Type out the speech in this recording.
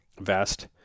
vest